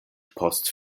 post